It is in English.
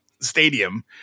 Stadium